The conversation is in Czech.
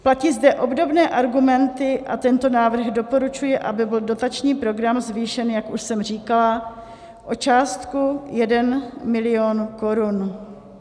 Platí zde obdobné argumenty a tento návrh doporučuje, aby byl dotační program zvýšen, jak už jsem říkala, o částku 1 mil. korun.